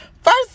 First